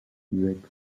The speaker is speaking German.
sechs